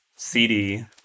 cd